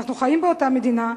אנחנו חיים באותה מדינה,